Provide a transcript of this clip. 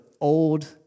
old